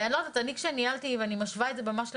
אם אני משווה את זה למשפחה,